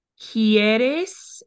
¿Quieres